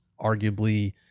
arguably